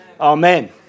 Amen